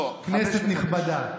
כנסת נכבדה,